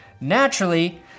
Naturally